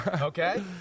okay